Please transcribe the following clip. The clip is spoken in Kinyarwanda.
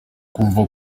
kuva